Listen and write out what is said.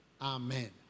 Amen